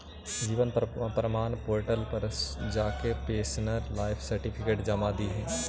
जीवन प्रमाण पोर्टल पर जाके पेंशनर लाइफ सर्टिफिकेट जमा दिहे